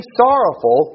sorrowful